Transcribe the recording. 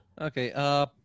Okay